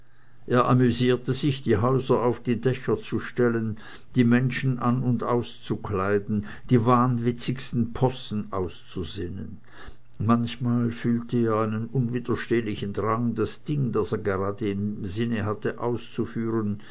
er amüsierte sich die häuser auf die dächer zu stellen die menschen an und auszukleiden die wahnwitzigsten possen auszusinnen manchmal fühlte er einen unwiderstehlichen drang das ding das er gerade im sinne hatte auszuführen